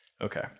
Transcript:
Okay